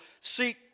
seek